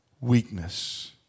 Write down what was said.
weakness